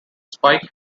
spike